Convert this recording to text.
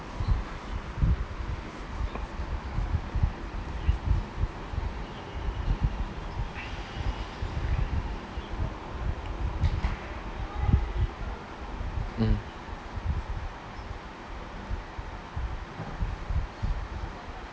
mm